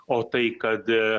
o tai kad